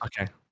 Okay